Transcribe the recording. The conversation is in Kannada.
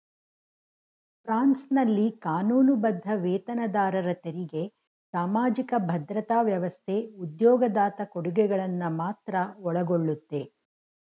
ಫ್ರಾನ್ಸ್ನಲ್ಲಿ ಕಾನೂನುಬದ್ಧ ವೇತನದಾರರ ತೆರಿಗೆ ಸಾಮಾಜಿಕ ಭದ್ರತಾ ವ್ಯವಸ್ಥೆ ಉದ್ಯೋಗದಾತ ಕೊಡುಗೆಗಳನ್ನ ಮಾತ್ರ ಒಳಗೊಳ್ಳುತ್ತೆ